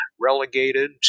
relegated